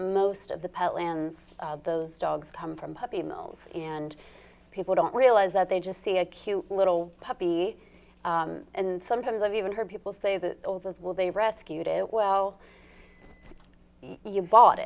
most of the pet lands those dogs come from puppy mills and people don't realize that they just see a cute little puppy and sometimes i've even heard people say that old as will they rescued it well you bought